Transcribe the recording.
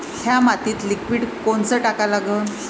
थ्या मातीत लिक्विड कोनचं टाका लागन?